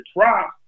drop